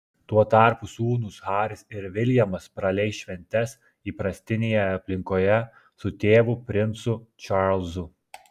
tuo tarpu sūnūs haris ir viljamas praleis šventes įprastinėje aplinkoje su tėvu princu čarlzu